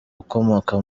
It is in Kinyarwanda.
ukomoka